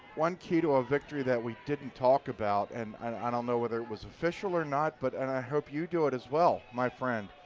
one key to ah victory that we didn't talk about and i don't know if it was official or not but and i hope you do it as well, my friend,